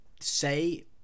say